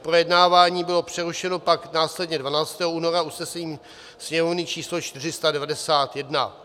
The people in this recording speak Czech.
Projednávání bylo přerušeno pak následně 12. února usnesením Sněmovny č. 491.